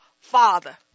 Father